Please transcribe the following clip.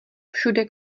všude